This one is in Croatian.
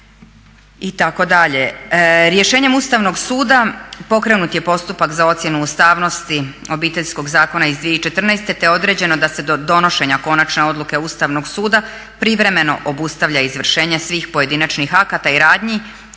itd. Rješenjem Ustavnog suda pokrenut je postupak za ocjenu ustavnosti Obiteljskog zakona iz 2014. te je određeno da se do donošenja konačne odluke Ustavnog suda privremeno obustavlja izvršenje svih pojedinačnih akata i radnji